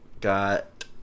Got